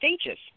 stages